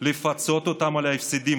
לפצות אותם על ההפסדים,